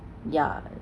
ya